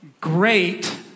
great